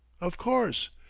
of course.